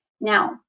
Now